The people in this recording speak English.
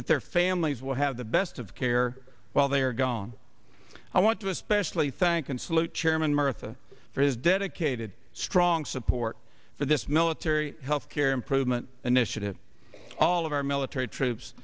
if their families will have the best of care while they are gone i want to especially thank and salute chairman murtha for his dedicated strong support for this military healthcare improvement initiative all of our military troops